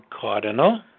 cardinal